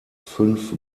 fünf